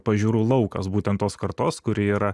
pažiūrų laukas būtent tos kartos kuri yra